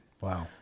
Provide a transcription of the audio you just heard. Wow